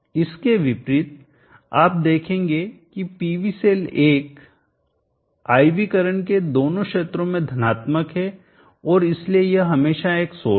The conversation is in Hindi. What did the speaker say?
इसके विपरीत आप देखेंगे कि PV cell 1 I V current के दोनों क्षेत्रों में धनात्मक है और इसलिए यह हमेशा एक सोर्स है